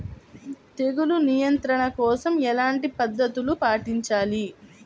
తెగులు నియంత్రణ కోసం ఎలాంటి పద్ధతులు పాటించాలి?